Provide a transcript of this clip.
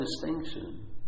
distinction